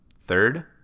Third